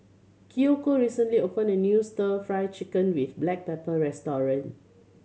Kiyoko recently opened a new Stir Fry Chicken with black pepper restaurant